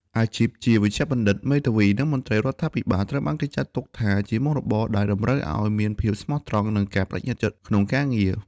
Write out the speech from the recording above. អាជីពជាវេជ្ជបណ្ឌិត មេធាវី និងមន្ត្រីរដ្ឋាភិបាលត្រូវបានគេចាត់ទុកថាជាមុខរបរដែលតម្រូវឲ្យមានភាពស្មោះត្រង់ និងការប្តេជ្ញាចិត្តក្នុងការងារ។